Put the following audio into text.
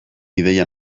ideia